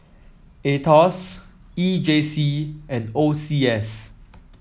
Aetos E J C and O C S